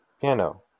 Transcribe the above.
piano